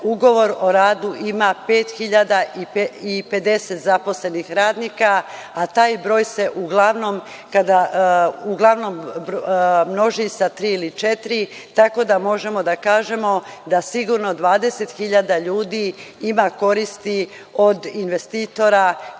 ugovor o radu ima 5050 zaposlenih radnika, a taj broj se uglavnom množi sa tri ili četiri, tako da možemo da kažemo da sigurno 20.000 ljudi ima koristi od investitora